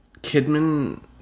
Kidman